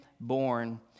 born